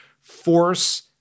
force